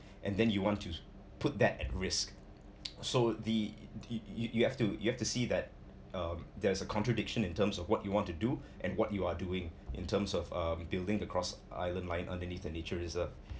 and then you want to put that at risk so the the you you have to you have to see that um there is a contradiction in terms of what you want to do and what you are doing in terms of uh building the cross island line underneath the nature reserve